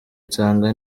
nsanga